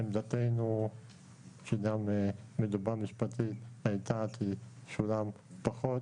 עמדתנו שגם מלווה משפטית הייתה כי שולם פחות